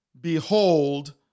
Behold